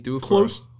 close